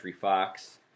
Fox